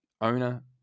owner